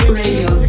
radio